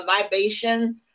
libation